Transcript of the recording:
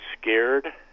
scared